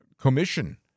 commission